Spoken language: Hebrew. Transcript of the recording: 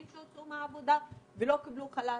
שהוצאו מהעבודה ולא קיבלו חל"תים.